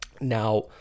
Now